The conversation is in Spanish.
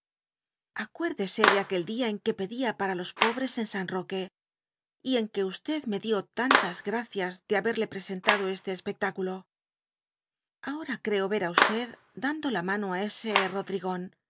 acuérdese de aquel diá en que pedía para los pobres en san boque y en que rae dio tantas gracias de haberle presentado este espectáculo ahora creo ver á dando la mano á ese